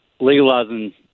legalizing